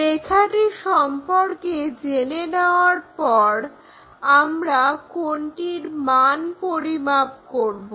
রেখাটি সম্পর্কে জেনে যাওয়ার পর আমরা কোণটির মান পরিমাপ করবো